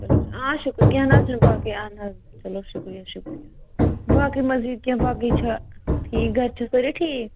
چلو آ شُکُر کیٚنٛہہ نہَ حظ چھُنہٕ باقٕے اَہَن حظ چلو شُکریہ شُکریہ باقٕے مٔزیٖد کیٚنٛہہ باقٕے چھا ٹھیٖک گَرِ چھَا سٲری ٹھیٖک